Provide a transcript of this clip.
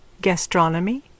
Gastronomy